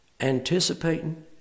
anticipating